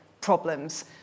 problems